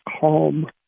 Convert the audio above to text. calm